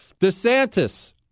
DeSantis